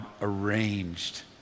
arranged